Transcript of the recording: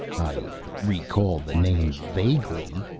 i recall the name vaguely,